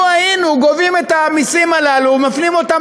לו היינו גובים את המסים הללו ומפנים אותם